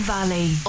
Valley